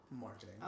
marketing